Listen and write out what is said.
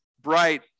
bright